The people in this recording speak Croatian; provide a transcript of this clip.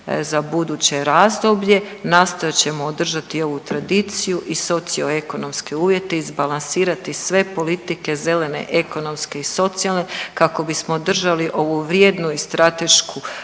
za buduće razdoblje. Nastojat ćemo održati i ovu tradiciju i socio ekonomske uvjete, izbalansirati sve politike zelene, ekonomske i socijalne kako bismo održali ovu vrijednu i stratešku granu,